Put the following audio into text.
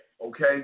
okay